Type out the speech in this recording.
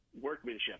workmanship